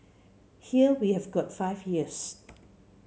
here we have got five years